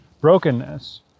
brokenness